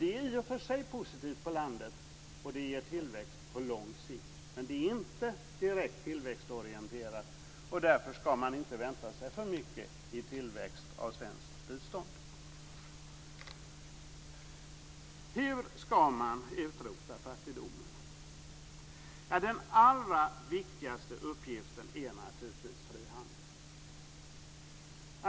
Det är i och för sig positivt på landet, och det ger tillväxt på lång sikt, men det är inte direkt tillväxtorienterat. Därför ska man inte vänta sig för mycket i tillväxt av svenskt bistånd. Hur ska man utrota fattigdomen? Den allra viktigaste uppgiften är naturligtvis frihandel.